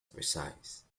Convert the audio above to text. precise